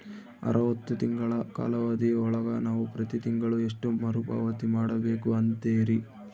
ಅರವತ್ತು ತಿಂಗಳ ಕಾಲಾವಧಿ ಒಳಗ ನಾವು ಪ್ರತಿ ತಿಂಗಳು ಎಷ್ಟು ಮರುಪಾವತಿ ಮಾಡಬೇಕು ಅಂತೇರಿ?